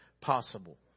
possible